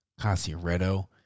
Casieretto